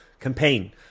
campaign